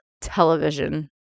television